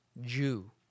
Jew